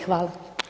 Hvala.